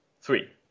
Three